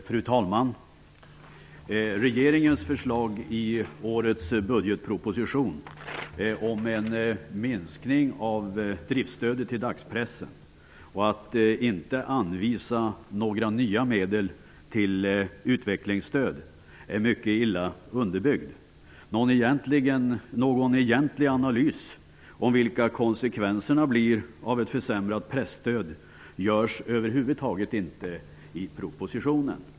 Fru talman! Regeringens förslag i årets budgetproposition om en minskning av driftsstödet till dagspressen och om att man inte skall anvisa några nya medel till utvecklingsstöd är mycket illa underbyggda. Någon egentlig analys om vilka konsekvenserna blir av ett försämrat presstöd görs över huvud taget inte i propositionen.